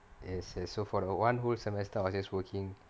yes yes so for one whole semester I was just working